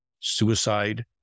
suicide